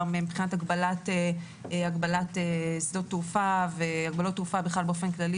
מבחינת הגבלת שדות תעופה והגבלות תעופה בכלל באופן כללי,